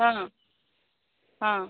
ஆ ஆ